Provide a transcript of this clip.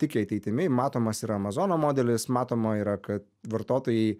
tiki ateitimi matomas yra amazono modelis matoma yra kad vartotojai